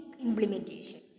implementation